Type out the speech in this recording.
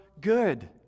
good